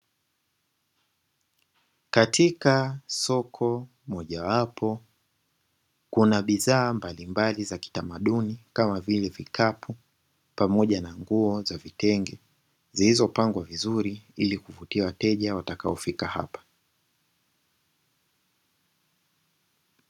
Katika soko moja wapo kuna bidhaa mbalimbali za kitamaduni kama vile vikapu pamoja na nguo za vitenge, zilizopangwa vizuri ili kuvutia wateja watakao fika hapo.